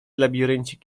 labiryncik